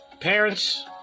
parents